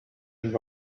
and